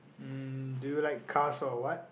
mm do you like cars or what